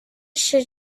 should